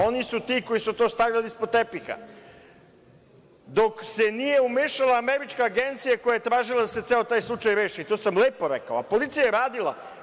Oni su ti koji su to stavljali ispod tepiha dok se nije umešala američka agencija koja je tražila da se ceo taj slučaj reši i to sam lepo rekao, a policija je radila.